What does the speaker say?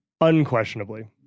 Unquestionably